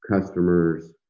customers